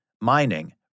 mining